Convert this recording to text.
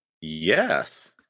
Yes